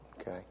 Okay